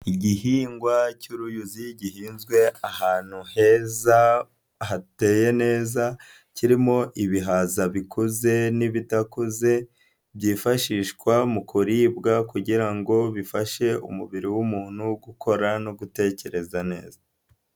Igihingwa cy'uruyuzi, gihinzwe ahantu heza, hateye neza, kirimo ibihaza bikoze, n'ibidakuze, byifashishwa mu kuribwa kugira ngo bifashe umubiri w'umuntu gukora no gutekereza neza.